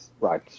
right